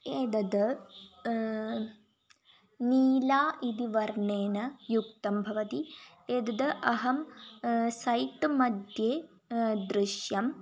एदद् नील इति वर्णेन युक्तं भवति एतद् अहं सैट् मध्ये दृश्यम्